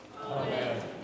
Amen